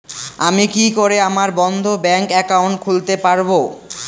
আমি কি করে আমার বন্ধ ব্যাংক একাউন্ট খুলতে পারবো?